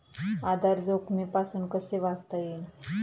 आधार जोखमीपासून कसे वाचता येईल?